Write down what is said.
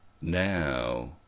Now